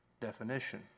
definition